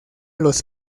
los